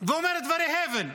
ואומר דברי הבל.